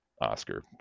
Oscar